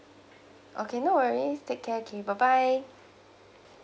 okay no worries take care okay bye bye